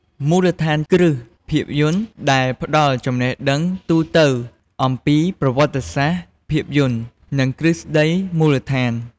មូលដ្ឋានគ្រឹះភាពយន្ត បានផ្ដល់ចំណេះដឹងទូទៅអំពីប្រវត្តិសាស្ត្រភាពយន្ត និងទ្រឹស្តីមូលដ្ឋាន។